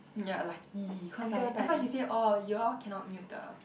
ya lucky cause like at first she say orh you all cannot mute the